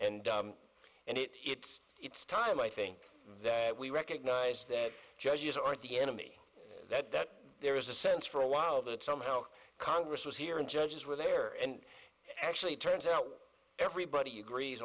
and and it it's it's time i think that we recognise that judges are the enemy that that there is a sense for awhile that somehow congress was here and judges were there and actually turns out what everybody agrees